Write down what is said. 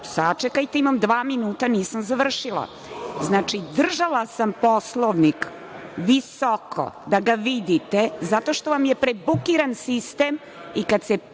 sačekajte, imam dva minuta, nisam završila. Znači, držala sam Poslovnik visoko da ga vidite, zato što vam je prebukiran sistem i kada se